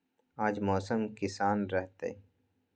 आज मौसम किसान रहतै?